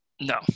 No